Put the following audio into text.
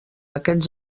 aquests